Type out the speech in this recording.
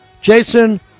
Jason